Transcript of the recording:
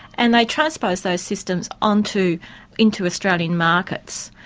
and they transposed those systems ah into into australian markets.